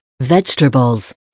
Vegetables